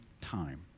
time